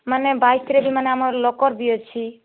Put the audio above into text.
ମାନେ ବାଇଶରେ ବି ମାନେ ଆମର ଲକର୍ ବି ଅଛି